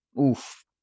Oof